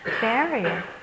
barrier